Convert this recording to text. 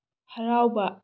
ꯍꯔꯥꯎꯕ